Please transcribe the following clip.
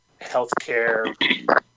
healthcare